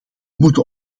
moeten